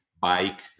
bike